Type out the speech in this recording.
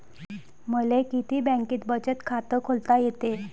मले किती बँकेत बचत खात खोलता येते?